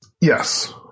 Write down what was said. Yes